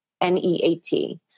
N-E-A-T